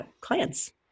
clients